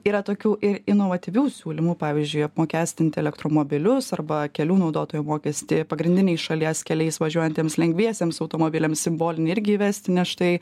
yra tokių ir inovatyvių siūlymų pavyzdžiui apmokestinti elektromobilius arba kelių naudotojo mokestį pagrindiniais šalies keliais važiuojantiems lengviesiems automobiliams simbolinį irgi įvesti nes štai